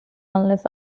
unless